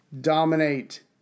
dominate